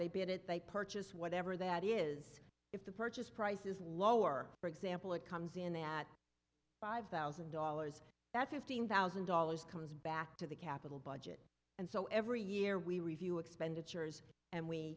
they bid it they purchase whatever that is if the purchase price is lower for example it comes in that five thousand dollars that fifteen thousand dollars comes back to the capital budget and so every year we review expenditures and we